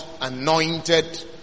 anointed